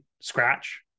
scratch